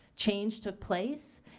change took place,